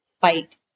fight